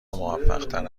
موفقتر